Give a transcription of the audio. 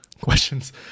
questions